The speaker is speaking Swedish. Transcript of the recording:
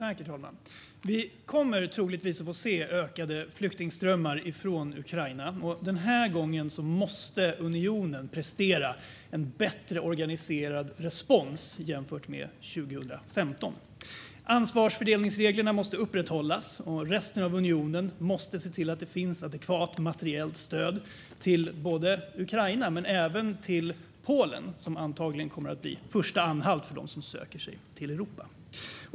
Herr talman! Vi kommer troligtvis att få se ökade flyktingströmmar från Ukraina. Den här gången måste unionen prestera en bättre organiserad respons jämfört med 2015. Ansvarsfördelningsreglerna måste upprätthållas, och resten av unionen måste se till att det finns adekvat materiellt stöd till Ukraina men också Polen, som antagligen kommer att bli första anhalt för dem som söker sig till Europa.